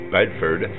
Bedford